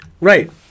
Right